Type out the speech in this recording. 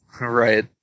Right